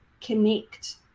connect